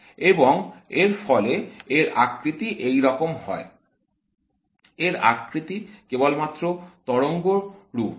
এবং এর ফলে এর আকৃতি একইরকম কেবলমাত্র তরঙ্গরূপ এর থেকে সঙ্কীর্ণ হয়